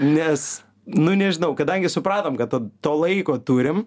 nes nu nežinau kadangi supratom kad to to laiko turim